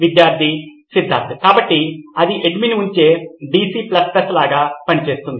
విద్యార్థి సిద్ధార్థ్ కాబట్టి అది అడ్మిన్ ఉంచే DC లాగా పని చేస్తుంది